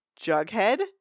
Jughead